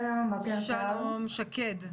שלום לכולם.